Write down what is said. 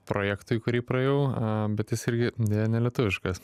projektui kurį praėjau bet jis irgi deja nelietuviškas